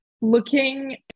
looking